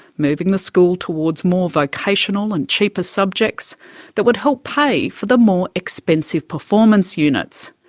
moving the school towards more vocational and cheaper subjects that would help pay for the more expensive performance units.